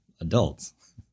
adults